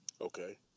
Okay